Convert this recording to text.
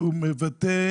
הוא מבטא